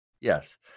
Yes